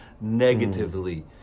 negatively